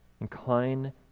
incline